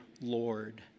Lord